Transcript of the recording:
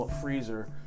freezer